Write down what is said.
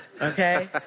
Okay